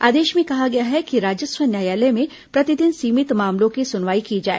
आदेश में कहा गया है कि राजस्व न्यायालय में प्रतिदिन सीमित मामलों की सुनवाई की जाए